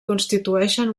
constitueixen